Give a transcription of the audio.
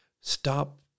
Stop